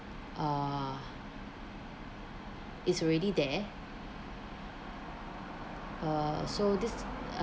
uh it's already there uh so this